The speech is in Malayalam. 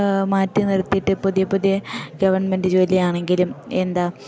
മാറ്റി നിർത്തിയിട്ട് പുതിയ പുതിയ ഗവൺമെൻറ്റ് ജോലിയാണെങ്കിലും എന്താ